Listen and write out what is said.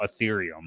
Ethereum